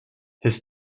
his